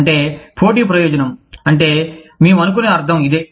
అంటే పోటీ ప్రయోజనం అంటే మేము అనుకునే అర్థం ఇదే